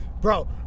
Bro